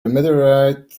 meteorite